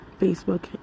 Facebook